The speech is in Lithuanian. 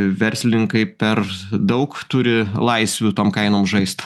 verslininkai per daug turi laisvių tom kainom žaist